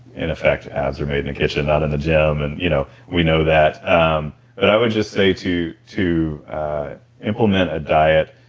in effect abs are made in the kitchen not in the gym and you know we know that um but i would just say to to implement a diet,